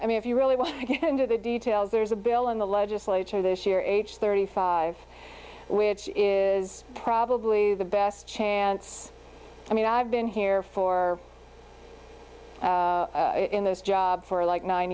i mean if you really want into the details there's a bill in the legislature this year aged thirty five which is probably the best chance i mean i've been here for in this job for like nine